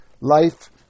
life